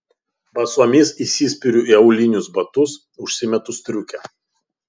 basomis įsispiriu į aulinius batus užsimetu striukę